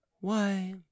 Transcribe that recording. Why—